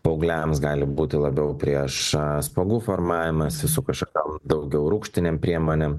paaugliams gali būti labiau prieš spuogų formavimąsi su kažkokiom daugiau rūgštinėm priemonėm